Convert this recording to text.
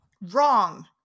wrong